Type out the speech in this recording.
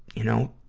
you know,